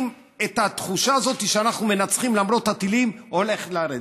התחושה הזאת שאנחנו מנצחים למרות הטילים הולכת לרדת.